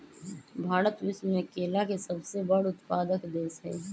भारत विश्व में केला के सबसे बड़ उत्पादक देश हई